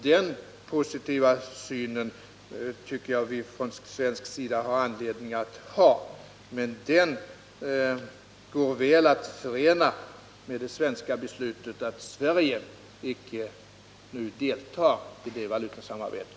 Den positiva synen tycker jag att vi på svenskt håll har anledning att hysa, ochden Nr 69 går väl att förena med det svenska beslutet att vårt land icke nu skall delta i det Fredagen den europeiska valutasamarbetet.